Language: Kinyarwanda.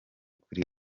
kuri